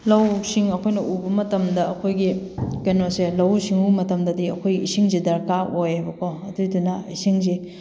ꯂꯧ ꯁꯤꯡ ꯑꯩꯈꯣꯏꯅ ꯎꯕ ꯃꯇꯝꯗ ꯑꯩꯈꯣꯏꯒꯤ ꯀꯩꯅꯣꯁꯦ ꯂꯧꯎ ꯁꯤꯡꯎ ꯃꯇꯝꯗꯗꯤ ꯑꯩꯈꯣꯏ ꯏꯁꯤꯡꯁꯦ ꯗꯔꯀꯥꯔ ꯑꯣꯏꯌꯦꯕꯀꯣ ꯑꯗꯨꯏꯗꯨꯅ ꯏꯁꯤꯡꯁꯦ